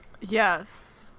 yes